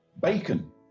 bacon